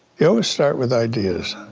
you always start with ideas.